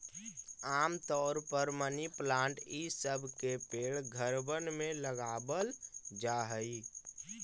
आम तौर पर मनी प्लांट ई सब के पेड़ घरबन में लगाबल जा हई